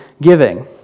giving